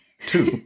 Two